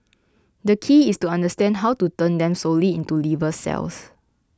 the key is to understand how to turn them solely into liver cells